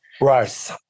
right